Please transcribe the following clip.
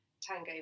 Tango